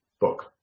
book